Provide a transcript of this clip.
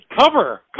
Cover